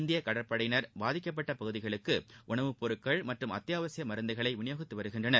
இந்திய கடற்படையினர் பாதிக்கப்பட்ட பகுதிகளுக்கு உணவுப்பொருட்கள் மற்றும் அத்தியாவசிய மருந்துகளை விநியோகித்து வருகின்றனர்